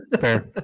Fair